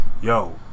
yo